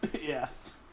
yes